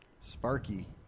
Sparky